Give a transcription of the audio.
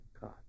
God